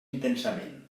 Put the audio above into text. intensament